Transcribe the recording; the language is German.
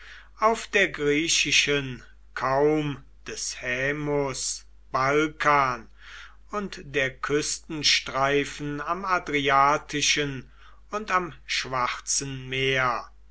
auf der griechischen kaum des haemus balkan und der küstenstreifen am adriatischen und am schwarzen meer